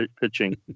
pitching